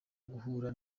guhura